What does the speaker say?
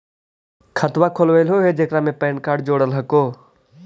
खातवा खोलवैलहो हे जेकरा मे पैन कार्ड जोड़ल हको?